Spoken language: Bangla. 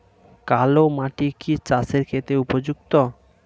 কালো মাটি কি চাষের ক্ষেত্রে উপযুক্ত?